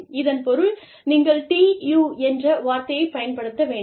இதன் பொருள் நீங்கள் TU என்ற வார்த்தையை பயன்படுத்த வேண்டாம்